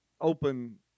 open